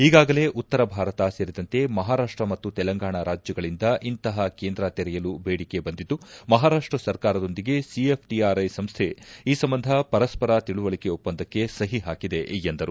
ಈಗಾಗಲೇ ಉತ್ತರ ಭಾರತ ಸೇರಿದಂತೆ ಮಹಾರಾಷ್ಟ ಮತ್ತು ತೆಲಂಗಾಣ ರಾಜ್ಯಗಳಿಂದ ಇಂತಪ ಕೇಂದ್ರ ತೆರೆಯಲು ಬೇಡಿಕೆ ಬಂದಿದ್ದು ಮಹಾರಾಷ್ಟ ಸರ್ಕಾರದೊಂದಿಗೆ ಸಿಎಫ್ಟಿಆರ್ಐ ಸಂಸ್ಥೆ ಈ ಸಂಬಂಧ ಪರಸ್ಪರ ತಿಳುವಳಿಕೆ ಒಪ್ಪಂದಕ್ಕೆ ಸಹಿ ಪಾಕಿದೆ ಎಂದರು